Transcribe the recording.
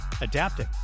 adapting